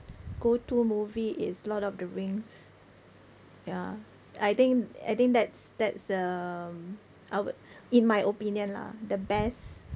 go-to movie is lord of the rings ya I think I think that's that's um I would in my opinion lah the best